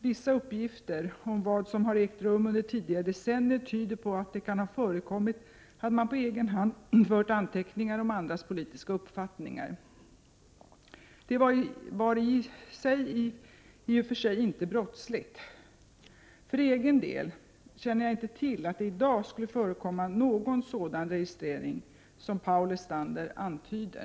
Vissa uppgifter om vad som har ägt rum under tidigare decennier tyder på att det kan ha förekommit att man på egen hand fört anteckningar om andras politiska uppfattningar. Det var i så fall i och för sig inte brottsligt. För egen del känner jag inte till att det i dag skulle förekomma någon sådan registrering som Paul Lestander antyder.